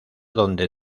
donde